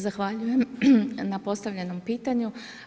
Zahvaljujem na postavljenom pitanju.